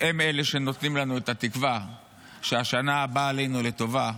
הם אלה שנותנים לנו את התקווה שהשנה הבאה עלינו לטובה,